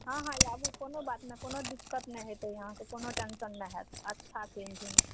हँ हँ आबू कोनो बात नहि कोनो दिक्कत नहि हेतै अहाँकेँ कोनो टेन्शन नहि हैत अच्छा छै